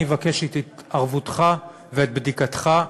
אני מבקש את התערבותך ואת בדיקתך.